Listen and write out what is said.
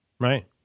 Right